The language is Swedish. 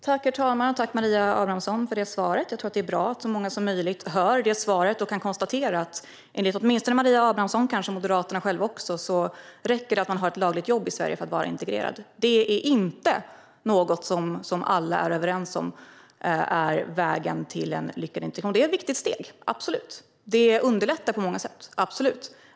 Herr talman! Tack, Maria Abrahamsson, för svaret! Jag tror att det är bra att så många som möjligt hör detta svar och kan konstatera att enligt åtminstone Maria Abrahamsson, och kanske också enligt Moderaterna själva, räcker det att ha ett lagligt jobb i Sverige för att vara integrerad. Att detta är vägen till en lyckad integration är inte något som alla är överens om. Det är ett viktigt steg - absolut. Det underlättar på många sätt - absolut.